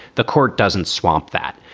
the court doesn't swamp that.